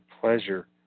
pleasure